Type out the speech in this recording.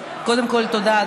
טלי פלוסקוב (כולנו): קודם כול תודה,